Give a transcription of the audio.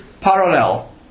parallel